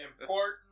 Important